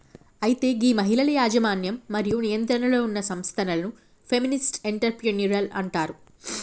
అయితే గీ మహిళల యజమన్యం మరియు నియంత్రణలో ఉన్న సంస్థలను ఫెమినిస్ట్ ఎంటర్ప్రెన్యూరిల్ అంటారు